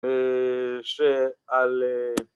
אהההה שעל...